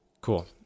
Cool